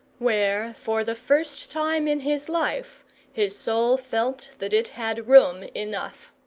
where, for the first time in his life, his soul felt that it had room enough.